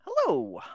Hello